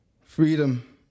Freedom